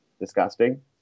disgusting